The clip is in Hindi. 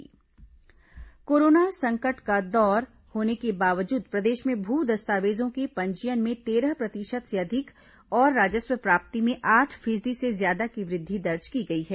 दस्तावेज पंजीयन वृद्धि कोरोना संकट का दौर होने के बावजूद प्रदेश में भू दस्तावेजों के पंजीयन में तेरह प्रतिशत से अधिक और राजस्व प्राप्ति में आठ फीसदी से ज्यादा की वृद्धि दर्ज की गई है